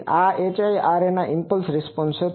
અને આ HIRA ના ઈમ્પલ્સ રિસ્પોન્સ છે